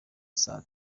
saa